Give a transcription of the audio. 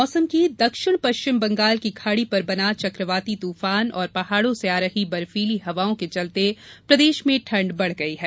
मौसम दक्षिण पश्चिम बंगाल की खाड़ी पर बना चक्रवाती तूफ़ान और पहाड़ों से आ रही बफीर्ली हवाओं के चलते प्रदेश में ठंड बढ़ गई है